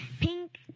Pink